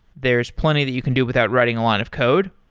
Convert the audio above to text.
there's plenty that you can do without writing a lot of code,